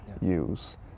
use